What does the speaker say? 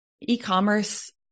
e-commerce